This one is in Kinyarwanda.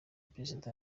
perezida